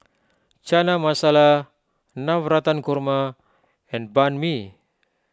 Chana Masala Navratan Korma and Banh Mi